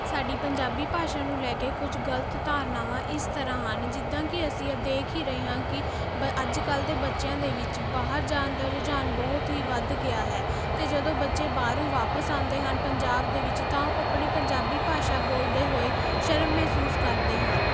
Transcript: ਸਾਡੀ ਪੰਜਾਬੀ ਭਾਸ਼ਾ ਨੂੰ ਲੈ ਕੇ ਕੁਝ ਗਲਤ ਧਾਰਨਾਵਾਂ ਇਸ ਤਰ੍ਹਾਂ ਹਨ ਜਿੱਦਾਂ ਕਿ ਅਸੀਂ ਆਹ ਦੇਖ ਹੀ ਰਹੇ ਹਾਂ ਕਿ ਬ ਅੱਜ ਕੱਲ੍ਹ ਦੇ ਬੱਚਿਆਂ ਦੇ ਵਿੱਚ ਬਾਹਰ ਜਾਣ ਦਾ ਰੁਝਾਨ ਬਹੁਤ ਹੀ ਵੱਧ ਗਿਆ ਹੈ ਅਤੇ ਜਦੋਂ ਬੱਚੇ ਬਾਹਰੋਂ ਵਾਪਸ ਆਉਂਦੇ ਹਨ ਪੰਜਾਬ ਦੇ ਵਿੱਚ ਤਾਂ ਉਹ ਆਪਣੇ ਪੰਜਾਬੀ ਭਾਸ਼ਾ ਬੋਲਦੇ ਹੋਏ ਸ਼ਰਮ ਮਹਿਸੂਸ ਕਰਦੇ ਹਨ